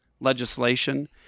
legislation